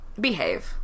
Behave